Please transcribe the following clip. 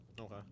Okay